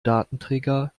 datenträger